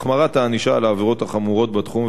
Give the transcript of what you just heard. החמרת הענישה על העבירות החמורות בתחום,